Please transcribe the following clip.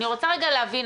אני רוצה להבין,